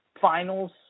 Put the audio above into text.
finals